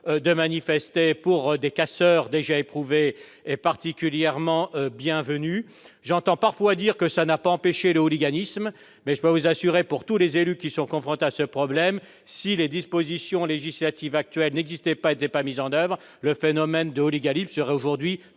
de manifester pour des casseurs déjà éprouvés est particulièrement bienvenue. J'entends parfois dire que cela n'a pas empêché le hooliganisme, mais je puis vous assurer, au nom de tous les élus confrontés à ce problème, que, si les dispositions législatives actuelles n'existaient pas et n'étaient pas mises en oeuvre, le phénomène de hooliganisme serait aujourd'hui